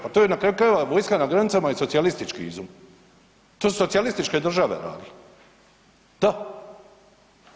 Pa to je na kraju krajeva vojska na granicama je socijalistički izum, to su socijalističke države radile, da.